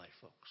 folks